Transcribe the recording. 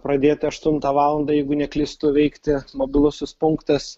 pradėt aštuntą valandą jeigu neklystu veikti mobilusis punktas